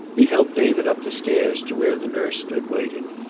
he helped david up the stairs to where the nurse stood waiting,